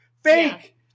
Fake